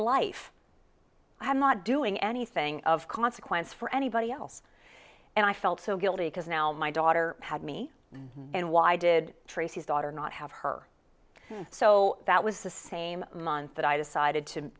life i'm not doing anything of consequence for anybody else and i felt so guilty because now my daughter had me and why did tracy's daughter not have her so that was the same month that i decided to